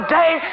day